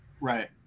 Right